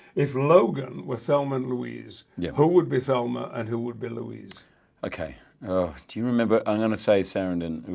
if logan were thelma and louise' yeah who would be thelma and who would be louise okay do you remember i'm gonna say sarandon, and